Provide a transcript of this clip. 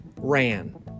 ran